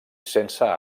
sense